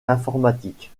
informatique